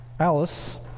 Alice